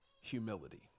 humility